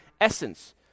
essence